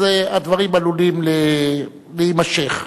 אז הדברים עלולים להימשך,